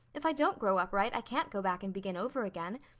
if i don't grow up right i can't go back and begin over again.